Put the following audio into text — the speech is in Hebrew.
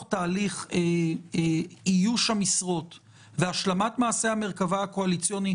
תהליך איוש המשרות והשלמת מעשה המרכבה הקואליציוני,